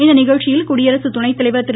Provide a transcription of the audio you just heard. இந்நிகழ்ச்சியில் குடியரசு துணை தலைவர் திரு